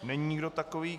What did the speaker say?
Není nikdo takový.